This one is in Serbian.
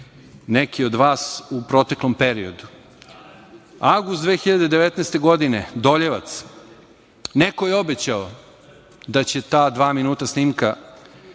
neki od vas, u proteklom periodu. Avgust 2019. godine Doljevac. Neko je obećao da će ta dva minuta snimka,